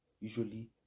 usually